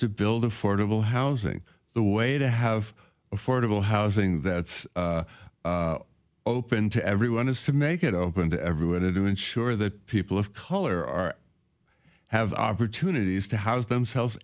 to build affordable housing the way to have affordable housing that's open to everyone is to make it open to everyone to do ensure that people of color are have opportunities to house themselves